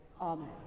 amen